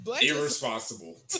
irresponsible